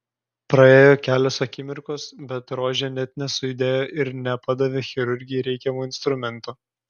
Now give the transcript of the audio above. praėjo kelios akimirkos bet rožė net nesujudėjo ir nepadavė chirurgei reikiamo instrumento